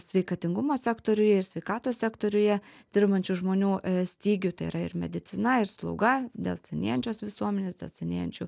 sveikatingumo sektoriuj ir sveikatos sektoriuje dirbančių žmonių stygių tai yra ir medicina ir slauga dėl senėjančios visuomenės dėl senėjančių